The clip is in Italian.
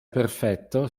perfetto